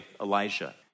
Elijah